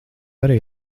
arī